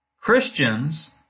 Christians